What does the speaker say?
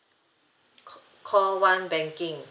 c~ call one banking